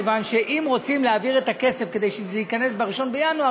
מכיוון שאם רוצים להעביר את הכסף כדי שהוא ייכנס ב-1 בינואר,